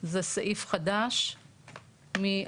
זה סעיף חדש מ-2019.